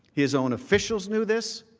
his own officials knew this,